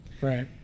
right